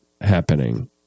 happening